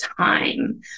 time